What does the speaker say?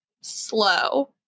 slow